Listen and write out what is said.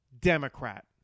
Democrat